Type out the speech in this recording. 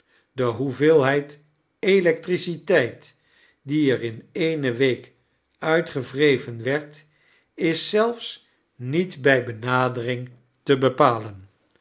de hoeveelheid electriciteit die er in eene week uitgewreven werd is zelfs niet bij benadering te bepalen